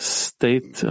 state